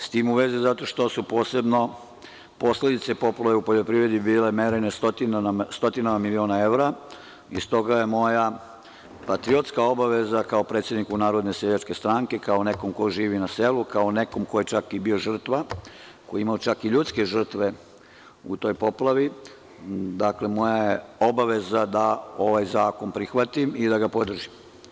S tim u vezi zato što su posebno posledice poplave u poljoprivredi bile merene stotinama miliona evra i stoga je moja patriotska obaveza kao predsednika Narodne seljačke stranke, kao nekog ko živi na selu, kao nekog ko je čak i bio žrtva, koji je imao čak i ljudske žrtve u toj poplavi, da ovaj zakon prihvatim i da ga podržim.